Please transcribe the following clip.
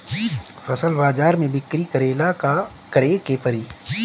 फसल बाजार मे बिक्री करेला का करेके परी?